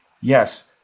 Yes